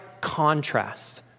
contrast